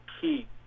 key